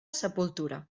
sepultura